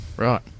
Right